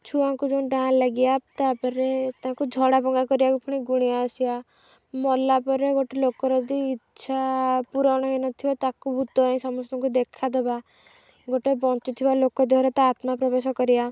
ଛୁଆଙ୍କୁ ଯେଉଁ ଡାହାଣୀ ଲାଗିବା ତା'ପରେ ତାଙ୍କୁ ଝଡ଼ା ଫୁଙ୍କା କରିବାକୁ ପୁଣି ଗୁଣିଆ ଆସିବା ମଲା ପରେ ଗୋଟେ ଲୋକ ଯଦି ଇଚ୍ଛା ପୂରଣ ହେଇନଥିବ ତା'କୁ ଭୂତ ହେଇ ସମସ୍ତଙ୍କୁ ଦେଖାଦେବା ଗୋଟେ ବଞ୍ଚିଥିବା ଲୋକ ଦେହରେ ତା ଆତ୍ମାପ୍ରବେଶ କରିବା